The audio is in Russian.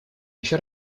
еще